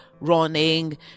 running